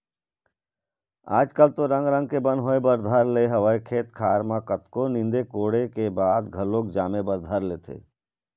आज कल तो रंग रंग के बन होय बर धर ले हवय खेत खार म कतको नींदे कोड़े के बाद घलोक जामे बर धर लेथे